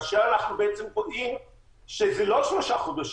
כאשר אנחנו בעצם יודעים שזה לא שלושה חודשים.